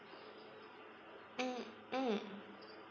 mm mm